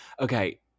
Okay